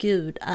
Gud